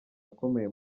akomeye